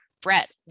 Brett